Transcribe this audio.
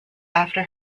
after